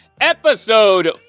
episode